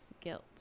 guilt